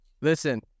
Listen